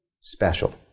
special